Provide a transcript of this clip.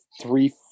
three